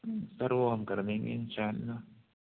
سر وہ ہم کر دیں گے ان شاء اللہ